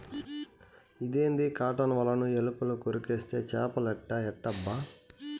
ఇదేంది కాటన్ ఒలను ఎలుకలు కొరికేస్తే చేపలేట ఎట్టబ్బా